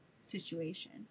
situation